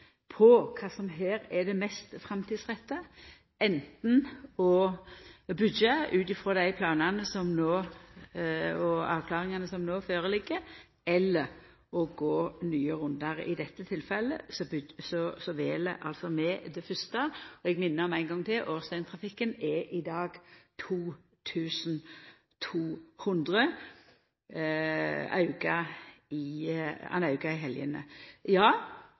på kva som her er det mest framtidsretta, anten å byggja ut frå dei planane og dei avklaringane som no ligg føre, eller å gå nye rundar. I dette tilfellet vel vi altså det fyrste. Eg vil ein gong til minna om at årsdøgntrafikken i dag er 2 200 – og han aukar i